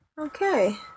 Okay